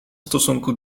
stosunku